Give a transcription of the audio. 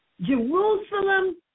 Jerusalem